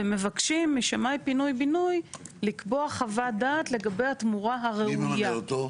ומבקשים משמאי פינוי בינוי לקבוע חוות דעת לגבי התמורה הראויה.